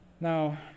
Now